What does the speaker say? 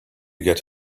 get